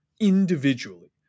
individually